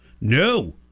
No